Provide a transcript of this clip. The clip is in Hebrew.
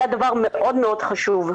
זה דבר מאוד חשוב.